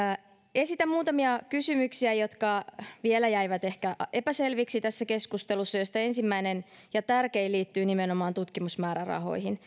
esitän muutamia kysymyksiä jotka vielä jäivät ehkä epäselviksi tässä keskustelussa joista ensimmäinen ja tärkein liittyy nimenomaan tutkimusmäärärahoihin